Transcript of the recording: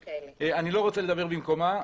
אני לא רוצה לדבר במקומה.